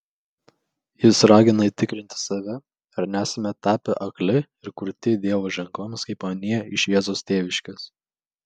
jis ragina tikrinti save ar nesame tapę akli ir kurti dievo ženklams kaip anie iš jėzaus tėviškės